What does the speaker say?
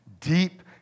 deep